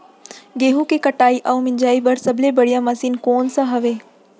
गेहूँ के कटाई अऊ मिंजाई बर सबले बढ़िया मशीन कोन सा हवये?